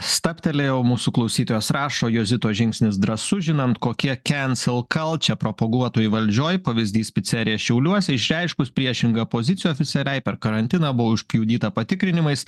stabtelėjau mūsų klausytojas rašo jozitos žingsnis drąsu žinant kokie kencel kalčiur propaguotojai valdžioj pavyzdys picerija šiauliuose išreiškus priešingą opoziciją oficialiai per karantiną buvo užpjudyta patikrinimais